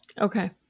Okay